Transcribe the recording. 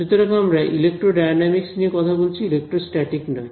সুতরাং আমরা ইলেক্ট্রোডায়নামিকস নিয়ে কথা বলছি ইলেকট্রোস্ট্যাটিকস নয়